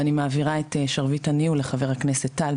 ואני מעבירה את שרביט הניהול לחבר הכנסת טל,